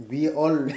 we all